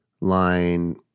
line